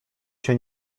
się